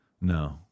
No